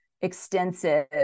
extensive